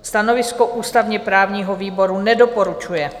Stanovisko ústavněprávního výboru: nedoporučuje.